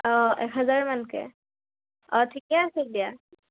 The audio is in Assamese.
অঁ এহেজাৰ মানকে অঁ ঠিকে আছে দিয়া